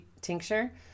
tincture